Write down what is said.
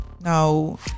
Now